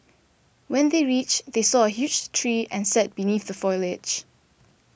when they reached they saw a huge tree and sat beneath the foliage